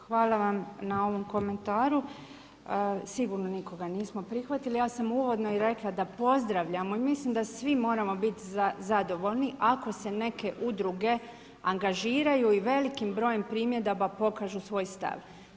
Hvala vam na ovom komentaru, sigurno nikoga nismo prihvatili, ja sam uvodno rekla da pozdravljam i mislim da svi moramo biti zadovoljni ako se neke udruge angažiraju i velikim brojem primjedaba pokažu svoj stav.